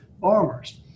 farmers